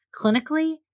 clinically